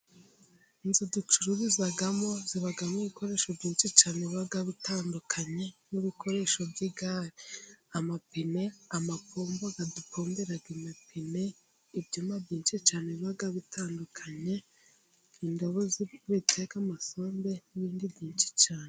Inzu ducururizamo zibamo ibikoresho byinshi cyane biba bitandukanye . Nk'ibikoresho by'igare, amapine, amapombo adupombera amapine, ibyuma byinshi cyane biba bitandukanye, indobo zo guteka amasombe n'ibindi byinshi cyane.